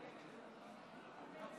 להלן